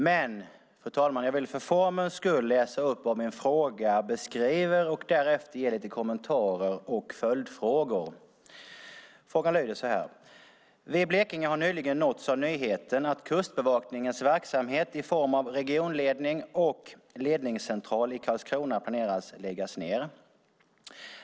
Men, fru talman, jag vill för formens skull läsa upp vad min fråga beskriver och därefter ge lite kommentarer och följdfrågor. "Vi i Blekinge har nyligen nåtts av nyheten att Kustbevakningens verksamhet, i form av regionledning och ledningscentral, i Karlskrona planeras läggas ned.